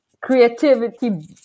creativity